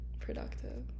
Productive